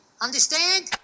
Understand